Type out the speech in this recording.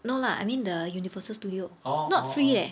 no lah I mean the Universal Studios not free leh